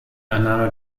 annahme